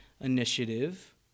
initiative